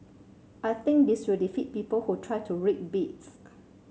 I think this will defeat people who try to rig bids